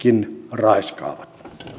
raiskaavat